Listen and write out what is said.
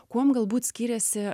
kuom galbūt skiriasi